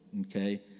Okay